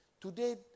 today